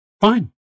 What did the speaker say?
Fine